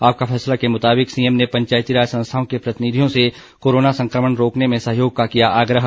आपका फैसला के मुताबिक सीएम ने पंचायती राज संस्थाओं के प्रतिनिधियों से कोरोना संकमण रोकने में सहयोग का किया आग्रह